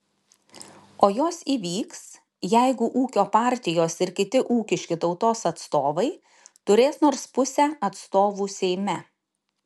o jos įvyks jeigu ūkio partijos ir kiti ūkiški tautos atstovai turės nors pusę atstovų seime